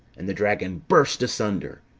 and the dragon burst asunder.